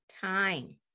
time